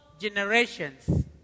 generations